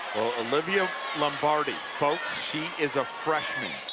olivia lombardi, folks, she is a freshman.